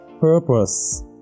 purpose